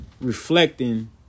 reflecting